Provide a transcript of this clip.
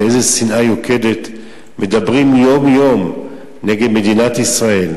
באיזו שנאה יוקדת מדברים יום-יום נגד מדינת ישראל,